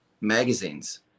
magazines